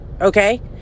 okay